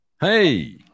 hey